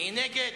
מי נגד?